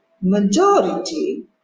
majority